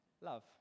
love